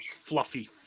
fluffy